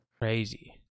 Crazy